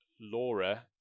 laura